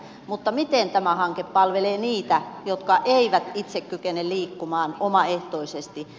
mutta miten tämä hanke palvelee niitä jotka eivät itse kykene liikkumaan omaehtoisesti